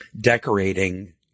decorating